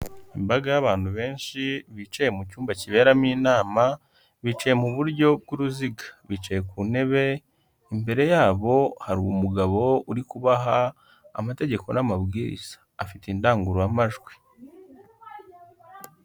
Imbaga y'abantu benshi bicaye mu cyumba kiberamo inama bicaye mu buryo bw'uruziga, bicaye ku ntebe, imbere yabo hari umugabo uri kubaha amategeko n'amabwiriza. Afite indangururamajwi.